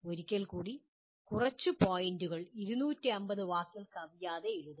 ഒരിക്കൽ കൂടി കുറച്ച് പോയിന്റുകൾ 250 വാക്കിൽ കവിയാതെ എഴുതുക